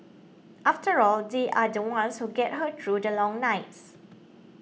after all they are the ones who get her through the long nights